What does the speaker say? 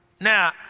Now